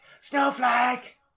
snowflake